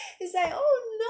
it's like oh no